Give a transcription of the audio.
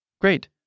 Great